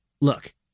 Look